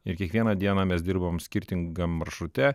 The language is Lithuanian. ir kiekvieną dieną mes dirbam skirtingam maršrute